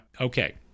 Okay